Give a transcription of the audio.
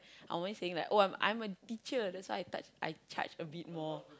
I am only saying like oh I am I am a teacher that's why I touch I charge a bit more